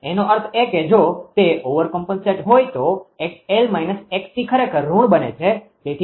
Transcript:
એનો અર્થ એ કે જો તે ઓવરકોમ્પેન્સેટ હોય તો 𝑥𝑙 − 𝑥𝑐 ખરેખર ઋણ બને છે